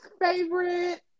favorite